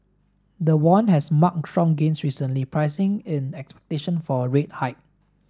the won has marked strong gains recently pricing in expectation for a rate hike